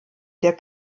der